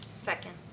second